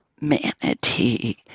manatee